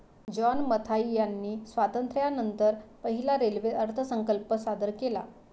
John Mathai यांनी स्वातंत्र्यानंतर पहिला रेल्वे अर्थसंकल्प सादर केला